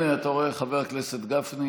הינה, אתה רואה, חבר הכנסת גפני?